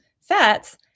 fats